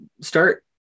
start